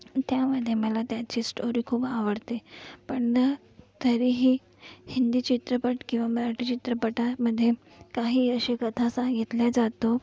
त्यामध्ये मला त्यांची स्टोरी खूप आवडते पण न तरीही हिंदी चित्रपट किंवा मराठी चित्रपटामध्ये काही असे कथा सांगितल्या जातो